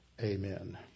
Amen